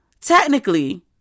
technically